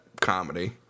comedy